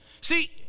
See